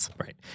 Right